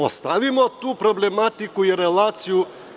Ostavimo tu problematiku i relaciju.